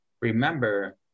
remember